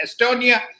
Estonia